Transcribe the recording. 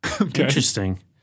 Interesting